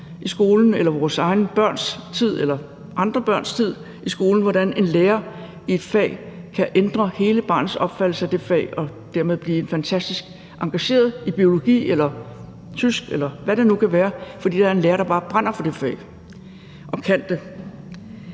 i skolen eller vores egne børns tid eller andre børns tid i skolen, hvordan en lærer i et fag kan ændre hele barnets opfattelse af det fag, så det dermed kan blive fantastisk engageret i biologi eller tysk, eller hvad det nu kan være, fordi der er en lærer, der bare brænder for det fag og kan det.